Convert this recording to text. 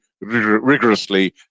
rigorously